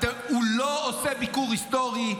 הוא לא עושה ביקור היסטורי.